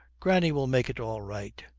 granny will make it all right.